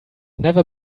never